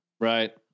right